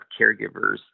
caregivers